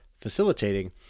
facilitating